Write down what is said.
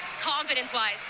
confidence-wise